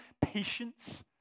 patience